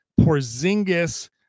Porzingis